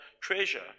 treasure